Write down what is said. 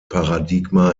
paradigma